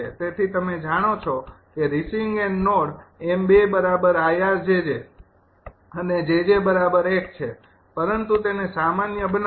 તેથી તમે જાણો છો કે રિસીવિંગ એન્ડ નોડ 𝑚૨𝐼𝑅𝑗𝑗 અને 𝑗𝑗 ૧ છે પરંતુ તેને સામાન્ય બનાવવો